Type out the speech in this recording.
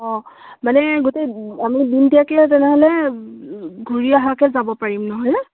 অঁ মানে গোটেই আমি দিনদিয়াকৈ তেনেহ'লে ঘূৰি অহাকৈ যাব পাৰিম নহয়নে